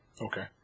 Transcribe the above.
Okay